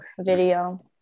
video